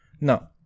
no